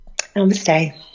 namaste